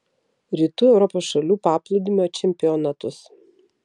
rytų europos šalių paplūdimio čempionatus